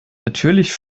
natürlich